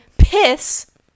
piss